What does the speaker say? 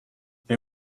they